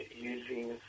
using